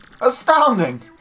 Astounding